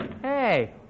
Hey